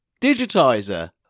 Digitizer